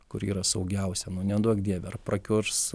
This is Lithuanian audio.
kur yra saugiausia neduok dieve ar prakiurs